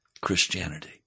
Christianity